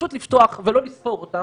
פשוט לפתוח ולא לספור אותם,